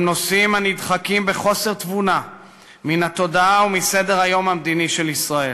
הם נושאים הנדחקים בחוסר תבונה מן התודעה ומסדר-היום המדיני של ישראל.